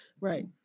Right